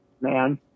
man